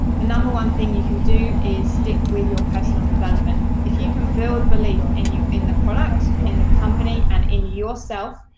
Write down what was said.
the number one thing you can do is stick with your personal development. if you can build belief and in the product, in the company, and in yourself,